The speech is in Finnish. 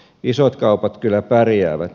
isot kaupat kyllä pärjäävät